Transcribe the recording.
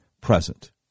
present